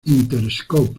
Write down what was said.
interscope